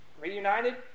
reunited